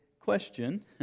question